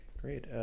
Great